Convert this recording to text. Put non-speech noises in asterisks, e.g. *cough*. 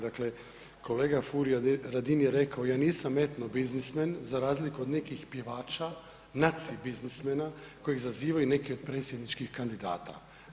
Dakle kolega Furio Radin je rekao, ja nisam etno biznismen za razliku od nekih pjevača ... *unintelligible* biznismena kojeg zazivaju neki od predsjedničkih kandidata.